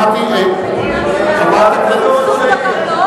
אתה יודע כמה כסף נכנס לקופת המדינה בגלל ספסור הקרקעות?